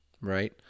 Right